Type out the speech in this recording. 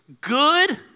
good